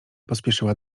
pośpieszyła